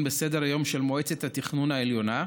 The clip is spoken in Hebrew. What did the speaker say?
בסדר-היום של מועצת התכנון העליונה,